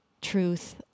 truth